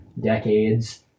decades